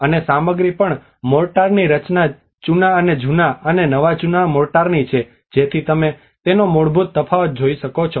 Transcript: અને સામગ્રી પણ મોર્ટારની રચના ચૂના અને જૂના અને નવા ચૂનો મોર્ટારની છે જેથી તમે તેનો મૂળભૂત તફાવત જોઈ શકો છો